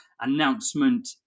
announcement